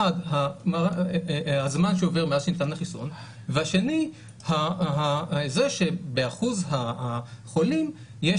אחד הזמן שעובר מאז שניתן החיסון והשני שבאחוז החולים יש